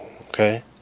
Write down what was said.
Okay